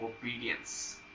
obedience